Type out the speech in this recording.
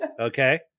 Okay